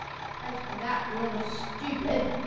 as for that little stupid,